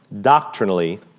doctrinally